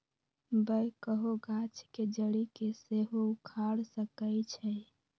backhoe गाछ के जड़ी के सेहो उखाड़ सकइ छै